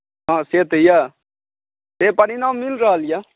हँ से तऽ यए से परिणाम मिल रहल यए